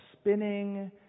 spinning